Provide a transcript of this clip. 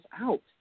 out